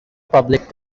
public